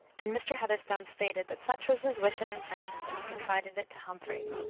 and mr. heatherstone stated that such was his wish and intention when he confided it to humphrey.